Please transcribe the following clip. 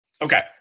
Okay